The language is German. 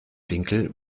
winkel